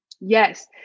Yes